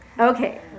Okay